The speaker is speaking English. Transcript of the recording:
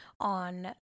on